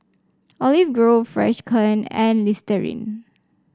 Olive Grove Freshkon and Listerine